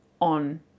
on